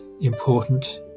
important